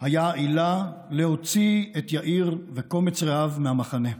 היה עילה להוציא את יאיר וקומץ רעיו מהמחנה.